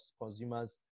consumers